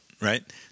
right